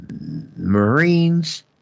marines